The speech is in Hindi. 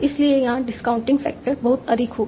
इसलिए यहां डिस्काउंटिंग फैक्टर बहुत अधिक होगी